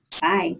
Bye